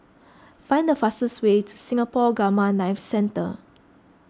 find the fastest way to Singapore Gamma Knife Centre